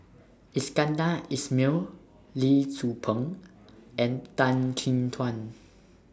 Iskandar Ismail Lee Tzu Pheng and Tan Chin Tuan